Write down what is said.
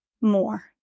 more